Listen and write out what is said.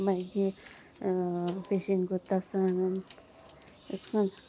मागीर फिशींग करता आसतना अशें करून